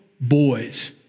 boys